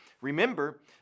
Remember